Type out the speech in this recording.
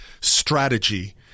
strategy